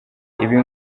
ibi